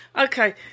Okay